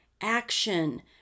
action